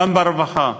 גם ברווחה.